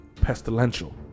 pestilential